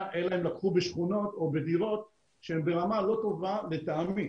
אלא אם לקחו בשכונות או בדירות שהן ברמה לא טובה לטעמי.